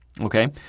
Okay